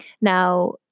Now